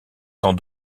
sans